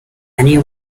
any